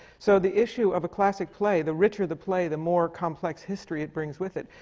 so the issue of a classic play, the richer the play, the more complex history it brings with it.